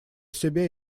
себе